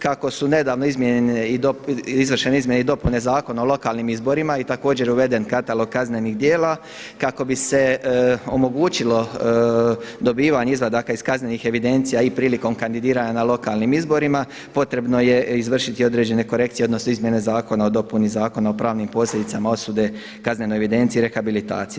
Kako su nedavno izvršene izmjene i dopune Zakona o lokalnim izborima i također uveden katalog kaznenih djela, kako bi se omogućilo dobivanje izvadaka iz kaznenih evidencija i prilikom kandidiranja na lokalnim izborima potrebno je izvršiti i određene korekcije, odnosno izmjene Zakona o dopuni Zakona o pravnim posljedicama osude, kaznenoj evidenciji, rehabilitaciji.